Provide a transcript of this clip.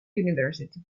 university